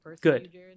Good